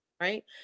right